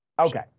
Okay